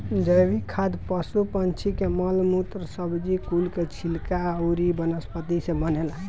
जैविक खाद पशु पक्षी के मल मूत्र, सब्जी कुल के छिलका अउरी वनस्पति से बनेला